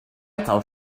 thought